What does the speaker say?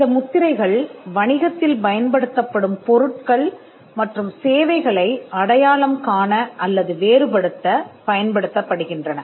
இந்த முத்திரைகள் வணிகத்தில் பயன்படுத்தப்படும் பொருட்கள் மற்றும் சேவைகளை அடையாளம் காண அல்லது வேறுபடுத்த பயன்படுத்தப்படுகின்றன